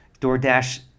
DoorDash